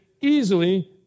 easily